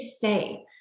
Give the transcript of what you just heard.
say